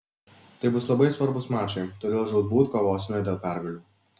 tai bus labai svarbūs mačai todėl žūtbūt kovosime dėl pergalių